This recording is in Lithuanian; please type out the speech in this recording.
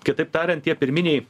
kitaip tariant tie pirminiai